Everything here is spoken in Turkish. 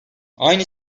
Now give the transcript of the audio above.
aynı